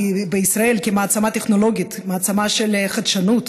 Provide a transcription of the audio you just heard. בישראל, כמעצמה טכנולוגית, מעצמה של חדשנות,